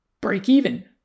break-even